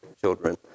children